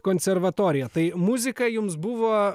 konservatorija tai muzika jums buvo